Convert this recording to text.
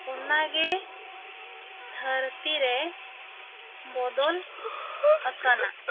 ᱚᱱᱟ ᱜᱮ ᱫᱷᱟᱹᱨᱛᱤ ᱨᱮ ᱵᱚᱫᱚᱞ ᱟᱠᱟᱱᱟ